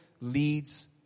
leads